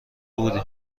بودیم